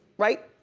right?